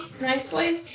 nicely